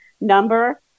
number